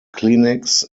clinics